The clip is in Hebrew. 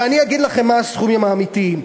ואני אגיד לכם מה הסכומים האמיתיים.